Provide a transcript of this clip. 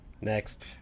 next